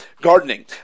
gardening